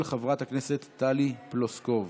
של חברת הכנסת טלי פלוסקוב.